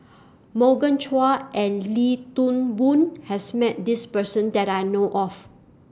Morgan Chua and Wee Toon Boon has Met This Person that I know of